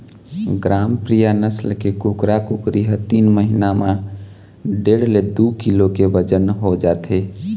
ग्रामप्रिया नसल के कुकरा कुकरी ह तीन महिना म डेढ़ ले दू किलो के बजन हो जाथे